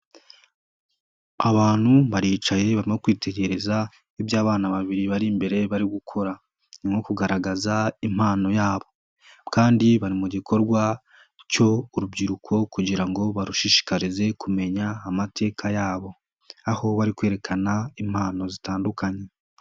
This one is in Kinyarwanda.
Abantu baricaye barimo kwitegereza ibyo abana babiri bari imbere bari gukora, ni nko kugaragaza impano yabo kandi bari mu gikorwa cyo urubyiruko kugira ngo barushishikarize kumenya amateka yabo, aho bari kwerekana impano zitandukanye.